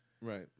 Right